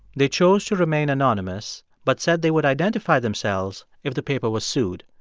they chose to remain anonymous but said they would identify themselves if the paper was sued.